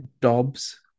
dobbs